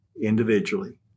individually